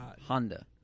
Honda